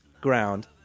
ground